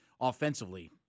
offensively